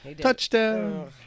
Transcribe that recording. Touchdown